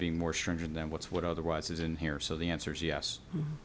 be more stringent than what's what otherwise is in here so the answer is yes